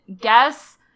guess